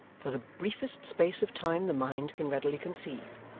for the briefest space of time the mind can readily conceive,